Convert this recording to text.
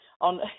on